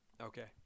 Okay